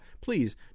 please